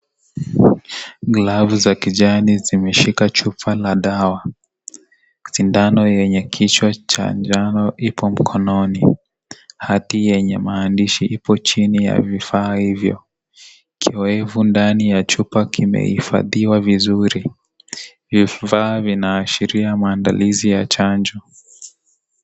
Glavu za kijani zimeshika chupa na dawa. Sindano yenye kichwa cha njano ipo mkononi. Hati yenye maandishi ipo chini ya vifaa hivyo. Kiwevu ndani ya chupa kimehifadhiwa vizuri. Vifaa vinaashiria maandalizi ya chanjo.